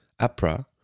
APRA